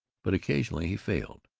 but occasionally he failed.